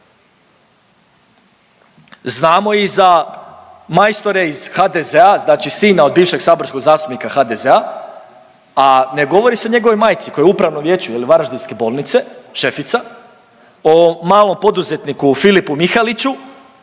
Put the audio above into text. Znamo i za majstore iz HDZ-a, znači sina od bivšeg saborskog zastupnika HDZ-a, a ne govori se o njegovoj majci koja je upravnom vijeću je li, Varaždinske bolnice, šefica o malom poduzetniku Filipu Mihaliću